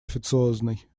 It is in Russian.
официозной